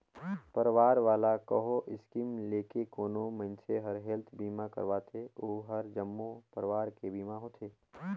परवार वाला कहो स्कीम लेके कोनो मइनसे हर हेल्थ बीमा करवाथें ओ हर जम्मो परवार के बीमा होथे